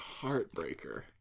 heartbreaker